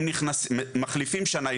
הם מחליפים שנאי,